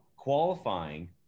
Qualifying